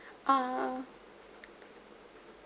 uh